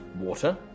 water